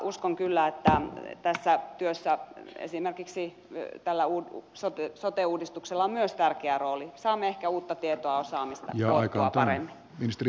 uskon kyllä että tässä työssä esimerkiksi sote uudistuksella on myös tärkeä rooli saamme ehkä uutta tietoa ja osaamista koottua paremmin